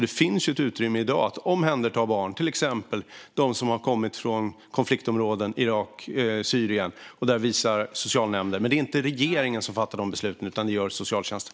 Det finns ett utrymme i dag för socialnämnden att omhänderta barn, till exempel de som har kommit från konfliktområden i Irak och Syrien. Men det är inte regeringen som fattar de besluten, utan det gör socialtjänsten.